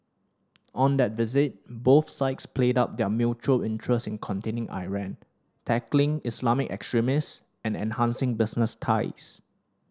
on that visit both sides played up their mutual interest in containing Iran tackling Islamic extremist and enhancing business ties